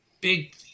big